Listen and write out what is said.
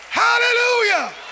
Hallelujah